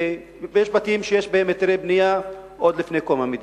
ויש בתים שיש בהם היתרי בנייה עוד מלפני קום המדינה.